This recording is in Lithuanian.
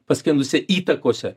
paskendusia įtakose